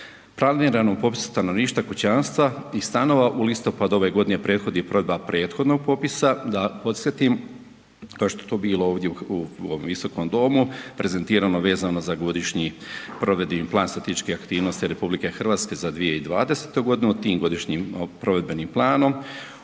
Planirano u popisu stanovništva kućanstva i stanova u listopadu ove godine prethodi provedba prethodnog popisa, da podsjetim kao što je to bilo u ovom visokom domu prezentirano vezano za godišnji provedbeni plan statističkih aktivnosti RH za 2020. godinu, tim godišnjim provedbenim planom